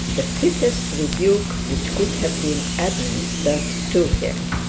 the fittest rebuke which could have been administered to him.